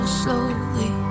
slowly